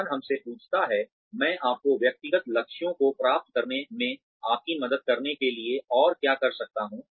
संगठन हमसे पूछता है मैं आपके व्यक्तिगत लक्ष्यों को प्राप्त करने में आपकी मदद करने के लिए और क्या कर सकता हूँ